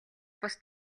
бус